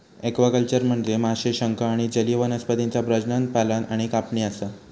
aquaculture म्हनजे माशे, शंख आणि जलीय वनस्पतींचा प्रजनन, पालन आणि कापणी असा